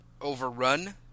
overrun